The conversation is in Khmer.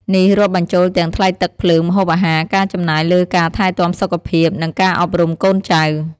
នេះរាប់បញ្ចូលទាំង ថ្លៃទឹក ភ្លើង ម្ហូបអាហារ ការចំណាយលើការថែទាំសុខភាព និងការអប់រំកូនចៅ។